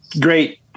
great